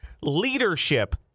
leadership